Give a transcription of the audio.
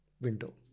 window